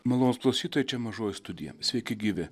malonūs klausytojai čia mažoji studija sveiki gyvi